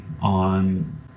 on